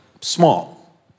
Small